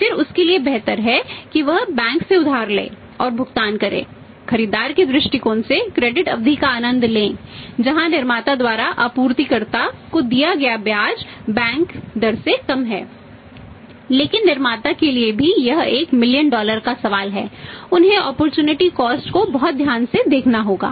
फिर उसके लिए बेहतर है कि वह बैंक से उधार ले और भुगतान करें खरीदार के दृष्टिकोण से क्रेडिट को बहुत ध्यान से देखना होगा